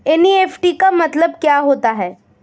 NEFT का मतलब क्या होता है?